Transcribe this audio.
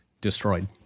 destroyed